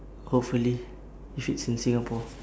hopefully if it's in singapore